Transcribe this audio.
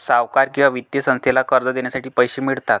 सावकार किंवा वित्तीय संस्थेला कर्ज देण्यासाठी पैसे मिळतात